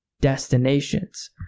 destinations